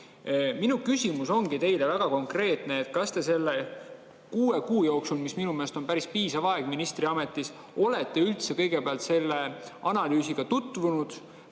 Minu küsimus teile on väga konkreetne. Kas te selle kuue kuu jooksul, mis minu meelest on päris piisav aeg ministriametis, olete üldse selle analüüsiga tutvunud?